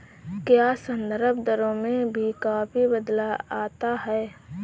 क्या संदर्भ दरों में भी काफी बदलाव आता है?